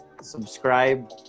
subscribe